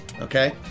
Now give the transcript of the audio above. okay